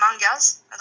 mangas